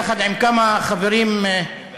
יחד עם כמה חברים שלי,